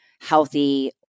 healthy